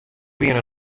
wiene